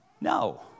No